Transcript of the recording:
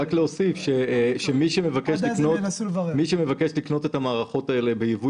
רק להוסיף שמי שמבקש לקנות את המערכות האלה בייבוא